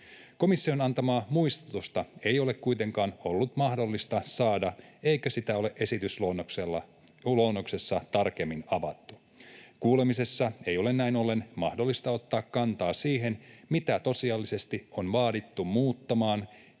”Komission antamaa muistutusta ei ole kuitenkaan ollut mahdollista saada, eikä sitä ole esitysluonnoksessa tarkemmin avattu. Kuulemisessa ei ole näin ollen mahdollista ottaa kantaa siihen, mitä tosiasiallisesti on vaadittu muuttamaan,